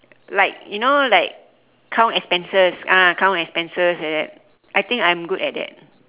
like you know like count expenses ah count expenses like that I think I'm good at that